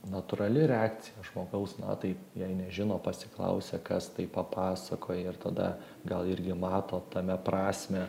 natūrali reakcija žmogaus na tai jei nežino pasiklausia kas tai papasakoji ir tada gal irgi mato tame prasmę